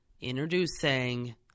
introducing